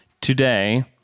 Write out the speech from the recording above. today